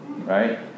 Right